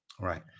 Right